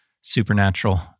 supernatural